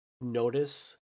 notice